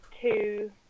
two